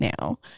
now